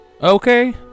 Okay